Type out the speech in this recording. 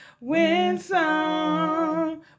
Winsome